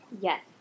Yes